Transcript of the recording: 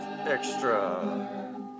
Extra